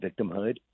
victimhood